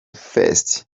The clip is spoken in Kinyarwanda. fest